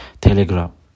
Telegram